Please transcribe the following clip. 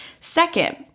Second